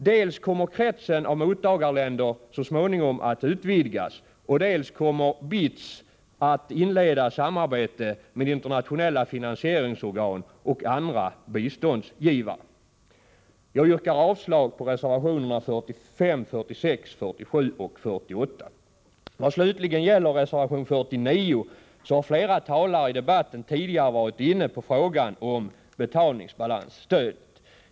Dels kommer kretsen av mottagarländer så småningom att utvidgas, dels kommer BITS att inleda samarbete med internationella finansieringsorgan och andra biståndsgivare. Jag yrkar avslag på reservationerna 45, 46, 47 och 48. Vad gäller reservation 49 har flera talare i debatten tidigare varit inne på frågan om betalningsbalansstöd.